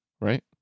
Right